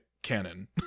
canon